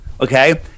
okay